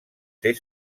ser